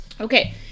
Okay